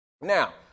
Now